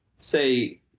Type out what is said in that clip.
say